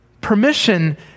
permission